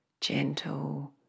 gentle